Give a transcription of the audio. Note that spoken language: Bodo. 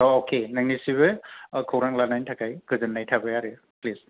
अखे नोंनिसिम बो खौरां लानायनि थाखै गोजोननाय थाबाय आरो प्लीस